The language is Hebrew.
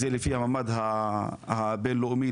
זה לפי המדד הבין לאומי,